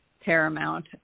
paramount